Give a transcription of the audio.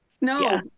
no